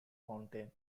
mountain